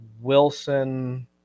wilson